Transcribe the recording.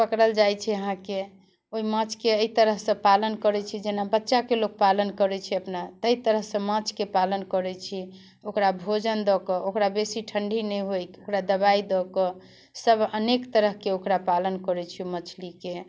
पकड़ल जाइत छै अहाँकेँ ओहि माछके एहि तरहसँ पालन करैत छी जेना बच्चाके लोग पालन करैत छै अपना ताहि तरहसँ माछके पालन करैत छी ओकरा भोजन दऽ के ओकरा बेसी ठंडी नहि होय ओकरा दबाइ दऽ कऽ सब अनेक तरहकेँ ओकरा पालन करैत छियै मछलीके